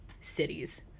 Cities